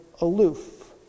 aloof